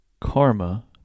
karma